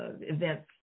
events